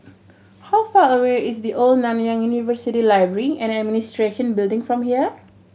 how far away is The Old Nanyang University Library and Administration Building from here